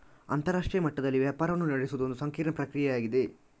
ಅಂತರರಾಷ್ಟ್ರೀಯ ಮಟ್ಟದಲ್ಲಿ ವ್ಯಾಪಾರವನ್ನು ನಡೆಸುವುದು ಒಂದು ಸಂಕೀರ್ಣ ಪ್ರಕ್ರಿಯೆಯಾಗಿದೆ